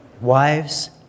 Wives